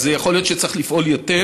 אז יכול להיות שצריך לפעול יותר,